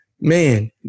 man